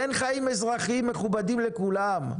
תן חיים אזרחיים מכובדים לכולם,